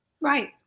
Right